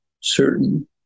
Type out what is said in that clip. certain